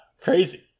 Crazy